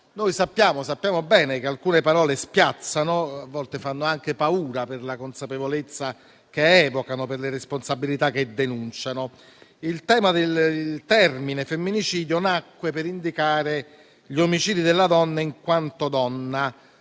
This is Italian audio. Noi sappiamo bene che alcune parole spiazzano e a volte fanno anche paura, per la consapevolezza che evocano, per le responsabilità che denunciano. Il termine femminicidio nacque per indicare gli omicidi delle donne in quanto donne.